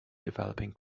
developing